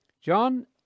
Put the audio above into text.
John